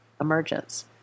emergence